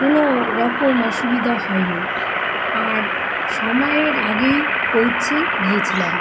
কোনো রকম অসুবিধা হয় নি আর সময়ের আগেই পৌঁছে গিয়েছিলাম